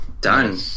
Done